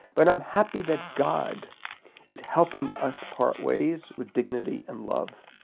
but i'm happy that god is helping us part ways with dignity and love.